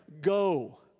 go